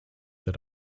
that